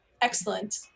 Excellent